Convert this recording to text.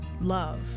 love